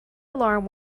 alarm